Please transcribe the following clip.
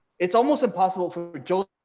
it's almost impossible for but joe